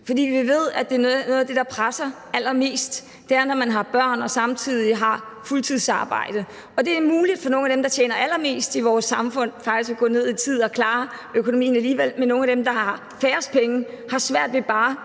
For vi ved, at noget af det, der presser allermest, er at have børn og samtidig have fuldtidsarbejde. Og det er muligt for nogle af dem, der tjener allermest i vores samfund, faktisk at gå ned i tid og klare økonomien alligevel, men nogle af dem, der har færrest penge, har svært ved selv